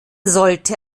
sollte